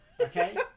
Okay